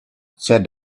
said